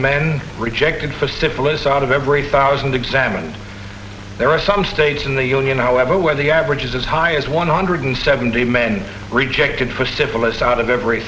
men rejected for syphilis out of every thousand examined there are some states in the union however where the average is as high as one hundred seventy men rejected for syphilis out of every